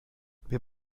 wir